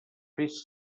fes